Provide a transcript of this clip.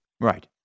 Right